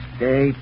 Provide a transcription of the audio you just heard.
Stay